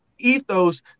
ethos